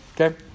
okay